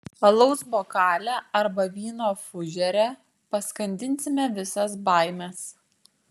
alaus bokale arba vyno fužere paskandinsime visas baimes